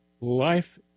life